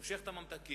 מושך את הממתקים